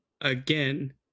again